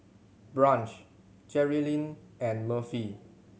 Branch Jerilyn and Murphy